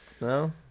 No